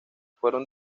fueron